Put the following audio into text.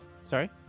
Sorry